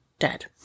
Dead